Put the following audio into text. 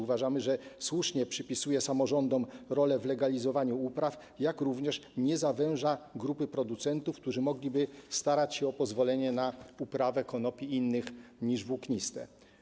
Uważamy, że słusznie przypisuje samorządom rolę w legalizowaniu upraw, jak również nie zawęża grupy producentów, którzy mogliby starać się o pozwolenie na uprawę konopi innych niż włókniste.